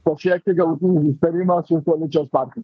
pasiekti galutinį susitarimą su koalicijos partneriais